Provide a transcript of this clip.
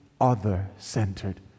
other-centered